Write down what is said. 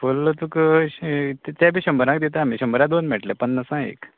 full तुका अशें ते बी आमी शंबरांक दिता आमी शंबरांक दोन मेळटले पन्नासा एक